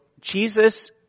Jesus